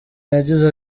yagize